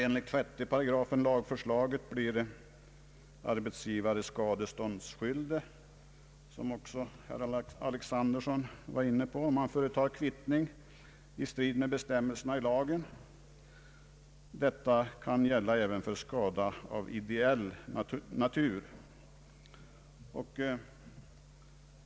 Enligt 8 § lagförslaget blir arbetsgivare skadeståndsskyldig, vilket herr Alexanderson också var inne på, om han företar kvittning i strid mot bestämmelserna i lagen. Detta kan gälla även för skada av ideell natur.